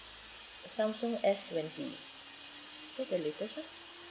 Samsung S twenty is that the latest one